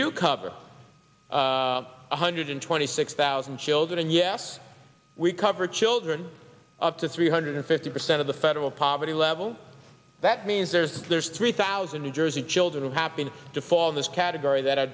do cover one hundred twenty six thousand children and yes we cover children up to three hundred fifty percent of the federal poverty level that means there's there's three thousand new jersey children who happen to fall in this category that